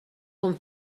com